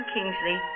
Kingsley